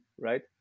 right